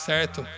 Certo